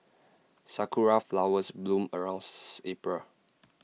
Sakura Flowers bloom around April